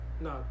No